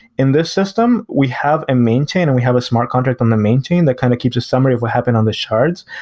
in this system, we have a main chain and we have a smart contract on the main chain that kind of keeps a summary of what happened on the shards.